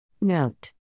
Note